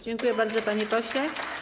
Dziękuje bardzo panie pośle.